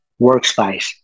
workspace